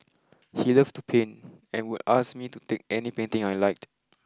he loved to paint and would ask me to take any painting I liked